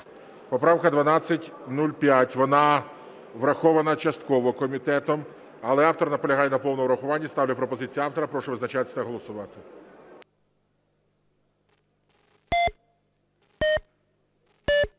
Поправка 1205, вона врахована частково комітетом, але автор наполягає на повному врахуванні. Ставлю пропозицію автора. Прошу визначатися та голосувати.